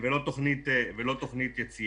ולא תוכנית יציאה.